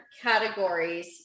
categories